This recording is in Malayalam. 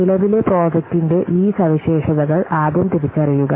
നിലവിലെ പ്രോജക്റ്റിന്റെ ഈ സവിശേഷതകൾ ആദ്യം തിരിച്ചറിയുക